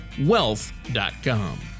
wealth.com